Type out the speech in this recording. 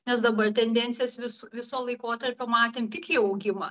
nes dabar tendencijas vis viso laikotarpio matėm tik į augimą